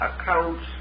accounts